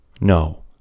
no